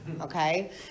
okay